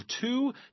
two